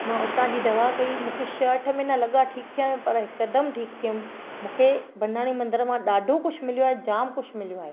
मां उतां जी दवा कई मूंखे छह अठ महिना लॻा ठीकु थियणु पर हिकदमि ठीकु थियमि मूंखे बनाणी मंदरु मां ॾाढो कुझु मिलियो आहे जाम कुझु मिलियो आहे